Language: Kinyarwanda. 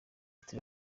ati